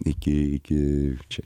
iki iki čia